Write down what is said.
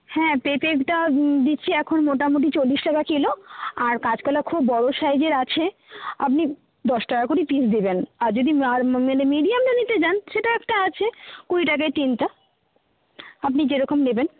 হ্যাঁ পেঁপেটা দিচ্ছি এখন মোটামুটি চল্লিশ টাকা কিলো আর কাঁচকলা খুব বড় সাইজের আছে আপনি দশ টাকা করেই পিস দেবেন আর যদি মানে মিডিয়ামটা নিতে চান সেটা একটা আছে কুড়ি টাকায় তিনটে আপনি যেরকম নেবেন